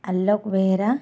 Alok Behera